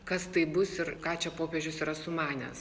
kas tai bus ir ką čia popiežius yra sumanęs